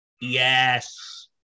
Yes